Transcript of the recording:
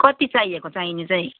कति चाहिएको चाहिन चाहिँ